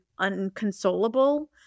unconsolable